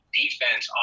defense